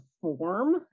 form